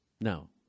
No